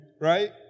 right